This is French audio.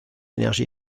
énergie